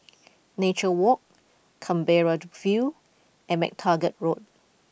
Nature Walk Canberra the View and MacTaggart Road